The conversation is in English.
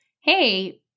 Hey